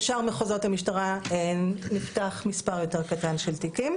בשאר מחוזות המשטרה נפתח מס' יותר קטן של תיקים.